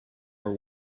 are